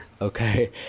Okay